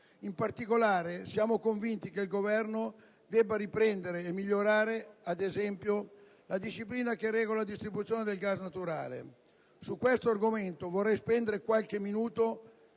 In particolare, siamo convinti che il Governo debba riprendere e migliorare, ad esempio, la disciplina che regola la distribuzione del gas naturale. Su questo argomento vorrei spendere qualche minuto